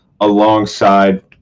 alongside